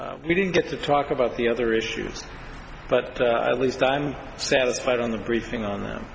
things we didn't get to talk about the other issues but at least i'm satisfied on the briefing on them